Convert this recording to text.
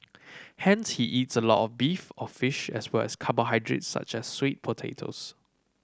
hence he eats a lot of beef or fish as well as carbohydrates such as sweet potatoes